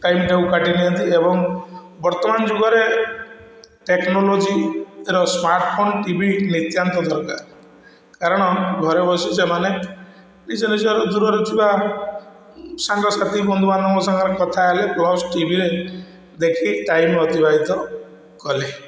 ଟାଇମ୍ଟାକୁ କାଟିଦିଅନ୍ତି ଏବଂ ବର୍ତ୍ତମାନ ଯୁଗରେ ଟେକ୍ନୋଲୋଜିର ସ୍ମାର୍ଟଫୋନ୍ ନିତ୍ୟାନ୍ତ ଦରକାର କାରଣ ଘରେ ବସି ସେମାନେ ନିଜ ନିଜର ଦୂରରେ ଥିବା ସାଙ୍ଗସାଥି ବନ୍ଧୁ ବାନ୍ଧବଙ୍କ ସାଙ୍ଗରେ କଥା ହେଲେ ପ୍ଲସ୍ ଟିଭିରେ ଦେଖି ଟାଇମ୍ ଅତିବାହିତ କରେ